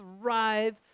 thrive